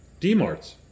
DMARTs